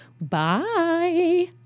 Bye